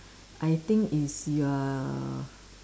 I think is you are